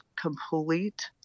complete